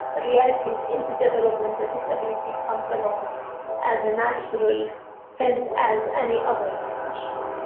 but realities into development, that disability comes along as a natural sense as any other and discussion.